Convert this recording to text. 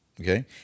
Okay